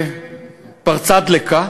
פרצה דלקה,